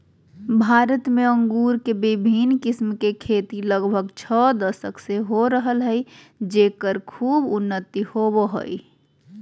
भारत में अंगूर के विविन्न किस्म के खेती लगभग छ दशक से हो रहल हई, जेकर खूब उन्नति होवअ हई